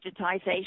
digitization